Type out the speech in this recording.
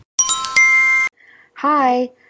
Hi